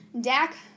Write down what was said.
Dak